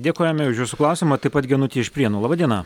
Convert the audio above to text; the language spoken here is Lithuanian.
dėkojame už jūsų klausimą taip pat genutė iš prienų laba diena